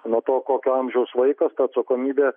nuo to kokio amžiaus vaikas ta atsakomybė